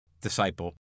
Disciple